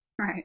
Right